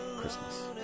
Christmas